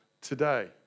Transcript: today